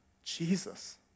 Jesus